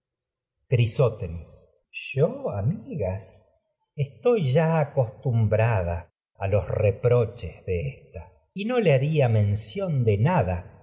crisótemis yo amigas estoy los si acostumbrada a reproches supiera que de que ésta se y no le haría mención de nada